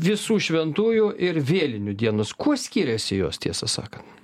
visų šventųjų ir vėlinių dienos kuo skiriasi jos tiesą sakan